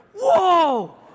Whoa